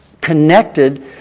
connected